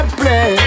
play